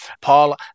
Paul